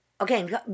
okay